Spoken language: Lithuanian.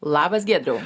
labas giedriau